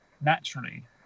naturally